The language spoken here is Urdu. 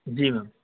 جی میم